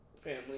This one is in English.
family